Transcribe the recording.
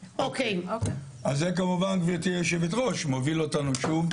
זה כמובן מוביל אותנו שוב,